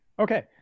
Okay